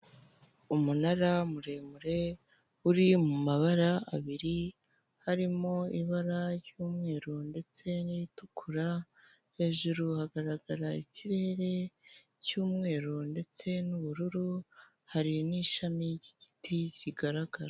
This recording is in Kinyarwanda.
Umunara muremure uri mu mabara abiri harimo ibara ry'umweru ndetse n'iritukura hejuru hagaragara ikirere cy'umweru ndetse n'ubururu hari n'ishami ry'igiti kigaragara.